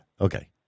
Okay